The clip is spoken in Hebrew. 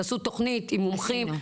תעשו תכנית עם מומחים.